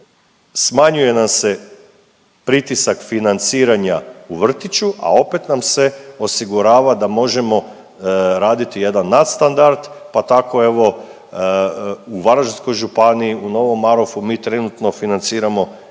smanjuje nam se pritisak financiranja u vrtiću, a opet nam se osigurava da možemo raditi jedan nadstandard, pa tako evo u Varaždinskoj županiji u Novom Marofu mi trenutno financiramo